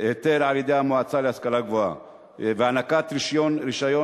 היתר על-ידי המועצה להשכלה גבוהה והענקת רשיון